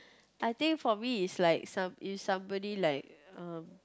I think for me is like some if somebody like uh